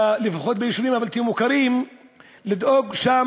לפחות ביישובים הבלתי-מוכרים לדאוג שם